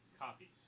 copies